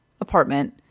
apartment